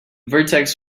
vertex